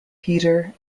peter